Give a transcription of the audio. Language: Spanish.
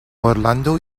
orlando